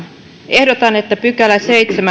ehdotan että seitsemäs pykälä